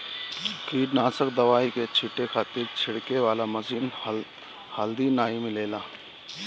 कीटनाशक दवाई के छींटे खातिर छिड़के वाला मशीन हाल्दी नाइ मिलेला